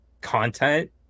content